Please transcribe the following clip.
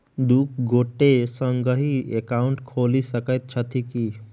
दु गोटे संगहि एकाउन्ट खोलि सकैत छथि की?